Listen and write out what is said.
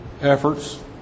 efforts